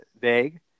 vague